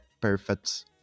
perfect